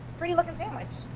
pretty like and sandwich.